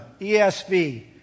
ESV